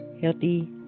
healthy